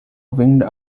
winged